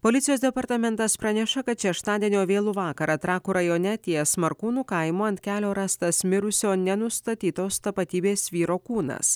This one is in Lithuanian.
policijos departamentas praneša kad šeštadienio vėlų vakarą trakų rajone ties markūnų kaimu ant kelio rastas mirusio nenustatytos tapatybės vyro kūnas